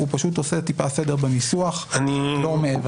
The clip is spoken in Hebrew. הוא פשוט עושה טיפה סדר בניסוח, לא מעבר.